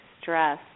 stress